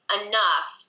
enough